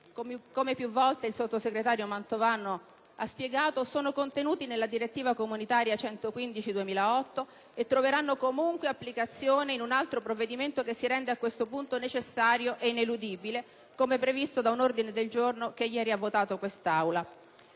come più volte il sottosegretario Mantovano ha spiegato, sono contenuti nella direttiva comunitaria 2008/115/CE e troveranno comunque applicazione in un altro provvedimento che si rende a questo punto necessario e ineludibile, come previsto da un ordine del giorno votato ieri in quest'Aula.